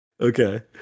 Okay